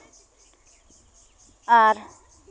ᱟᱨ